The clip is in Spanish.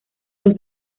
los